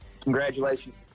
congratulations